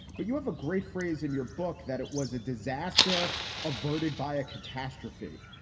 but you have a great phrase in your book that it was a disaster averted by a catastrophe.